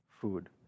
food